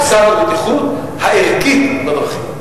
תפיסת הבטיחות הערכית בדרכים.